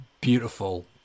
Beautiful